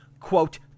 quote